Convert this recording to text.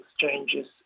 exchanges